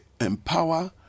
empower